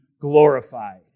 glorified